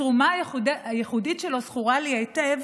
התרומה הייחודית שלו זכורה לי היטב,